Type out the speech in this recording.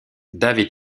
david